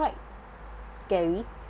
quite scary